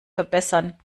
verbessern